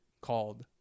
called